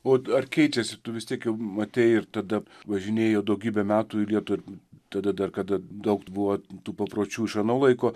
o ar keičiasi tu vis tiek jau matė ir tada važinėjo daugybę metų ir jie turbūt tada dar kada daug buvo tų papročių žanu laiku